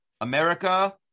America